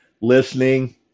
listening